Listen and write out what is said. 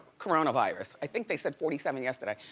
coronavirus. i think they said forty seven yesterday.